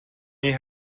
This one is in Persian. این